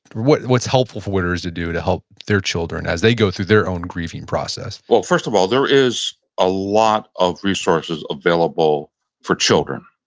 what's what's helpful for widowers to do to help their children as they go through their own grieving process? first of all, there is a lot of resources available for children.